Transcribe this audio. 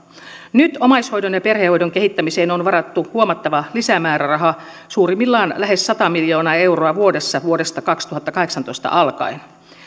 nyt omaishoidon ja perhehoidon kehittämiseen on varattu huomattava lisämääräraha suurimmillaan lähes sata miljoonaa euroa vuodessa vuodesta kaksituhattakahdeksantoista alkaen